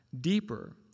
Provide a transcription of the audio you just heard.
deeper